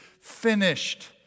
finished